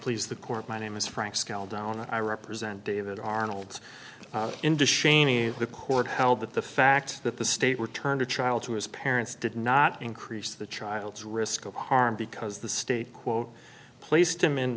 please the court my name is frank scaled down and i represent david arnold's industry cheney the court held that the fact that the state returned a child to his parents did not increase the child's risk of harm because the state quote placed him in